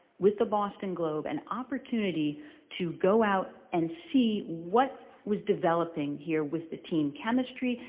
with the boston globe, an opportunity to go out and see what was developing here with the team chemistry,